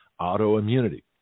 autoimmunity